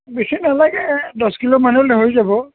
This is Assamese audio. বেছি নালাগে দহ কিলোমান হ'লে হৈ যাব